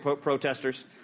protesters